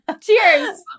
Cheers